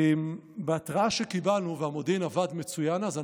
בהתראה שקיבלנו, והמודיעין עבד מצוין אז.